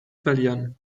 verlieren